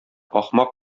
ахмак